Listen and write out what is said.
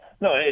No